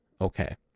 Okay